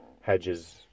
hedges